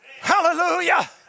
Hallelujah